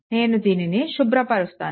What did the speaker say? నేను దీనిని శుభ్రపరుస్తారు